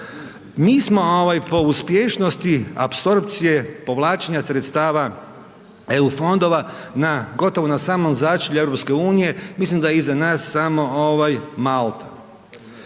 Mi smo po uspješnosti apsorpcije povlačenja sredstava EU fondova gotovo na samom začelju EU-a, mislim da je iza nas samo Malta.